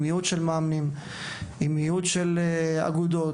עם מיעוט של מאמנים ושל אגודות.